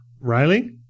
Riley